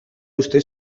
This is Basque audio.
uste